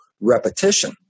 repetition